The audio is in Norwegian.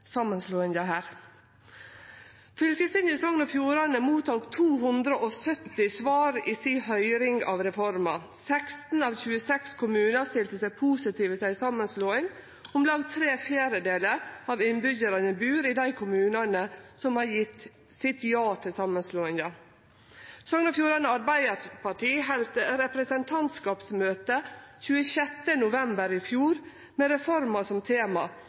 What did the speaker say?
samanslåinga. Fylkestinget i Sogn og Fjordane fekk 270 svar i høyringa om reforma. 16 av 26 kommunar stilte seg positive til ei samanslåing. Om lag tre fjerdedelar av innbyggjarane bur i dei kommunane som har gjeve sitt ja til samanslåinga. Sogn og Fjordane Arbeidarparti heldt representantskapsmøte 26. november i fjor med reforma som tema,